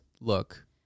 look